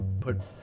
put